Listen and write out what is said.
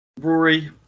rory